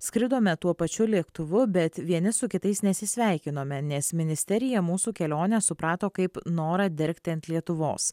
skridome tuo pačiu lėktuvu bet vieni su kitais nesisveikinome nes ministerija mūsų kelionę suprato kaip norą dergti ant lietuvos